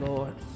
Lord